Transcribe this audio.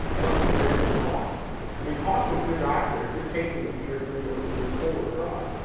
but consider the cost and talk with your doctor if you're taking a tier three or tier four drug.